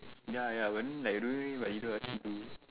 ya ya when don't know leh but people ask me do